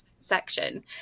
section